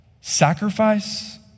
Sacrifice